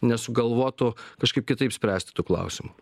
nesugalvotų kažkaip kitaip spręsti tų klausimų